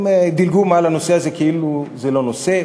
הם דילגו על הנושא הזה כאילו זה לא נושא,